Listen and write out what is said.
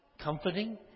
comforting